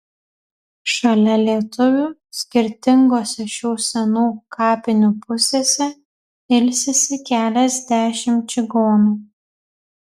šalia lietuvių skirtingose šių senų kapinių pusėse ilsisi keliasdešimt čigonų